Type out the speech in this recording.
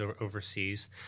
overseas